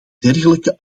dergelijke